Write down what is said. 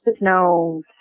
no